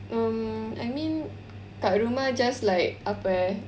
um I mean kat rumah just like apa eh